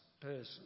person